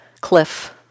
cliff